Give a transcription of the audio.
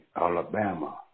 Alabama